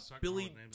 Billy